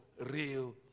real